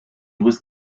was